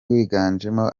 wiganjemo